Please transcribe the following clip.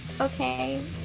Okay